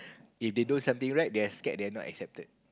if they do something right they're scared that they're not accepted